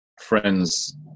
friends